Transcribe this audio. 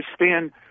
understand